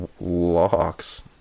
Locks